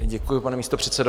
Děkuji, pane místopředsedo.